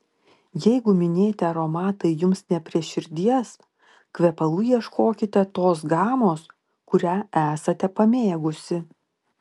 jeigu minėti aromatai jums ne prie širdies kvepalų ieškokite tos gamos kurią esate pamėgusi